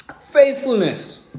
faithfulness